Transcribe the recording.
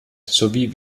sowie